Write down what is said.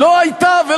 הכלל הבסיסי הזה,